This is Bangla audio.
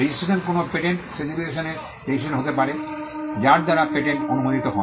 রেজিস্ট্রেশন কোনও পেটেন্ট স্পেসিফিকেশনের রেজিস্ট্রেশন হতে পারে যার দ্বারা পেটেন্ট অনুমোদিত হয়